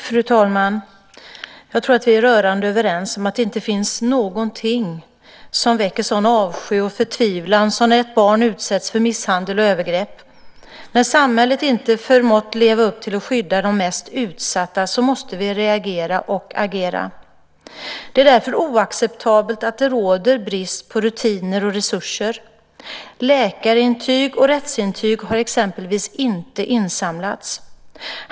Fru talman! Jag tror att vi är rörande överens om att det inte finns någonting som väcker sådan avsky och förtvivlan som när ett barn utsätts för misshandel och övergrepp. När samhället inte förmått leva upp till att skydda de mest utsatta måste vi reagera och agera. Det är därför oacceptabelt att det råder brist på rutiner och resurser. Läkarintyg och rättsintyg har exempelvis inte insamlats.